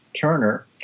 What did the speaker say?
Turner